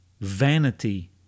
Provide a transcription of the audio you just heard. vanity